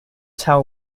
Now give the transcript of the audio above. tau